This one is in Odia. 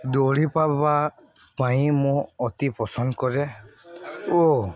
ଦୌଡ଼ିବା ପାଇଁ ମୁଁ ଅତି ପସନ୍ଦ କରେ ଓ